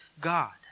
God